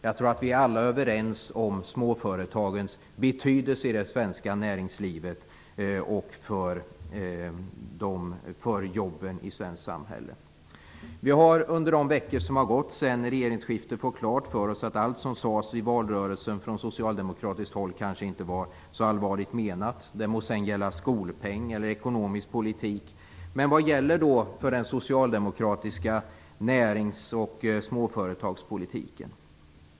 Jag tror att vi alla är överens om småföretagens betydelse i det svenska näringslivet och för jobben i svenskt samhälle. Vi har under de veckor som har gått sedan regeringsskiftet fått klart för oss att allt som sades i valrörelsen från socialdemokratiskt håll kanske inte var så allvarligt menat - det må sedan gälla skolpeng eller ekonomisk politik. Men vad gäller då för den socialdemokratiska närings och småföretagspolitiken?